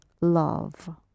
love